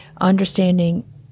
understanding